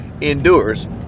endures